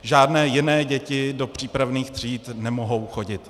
Žádné jiné děti do přípravných tříd nemohou chodit.